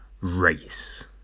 race